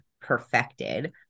perfected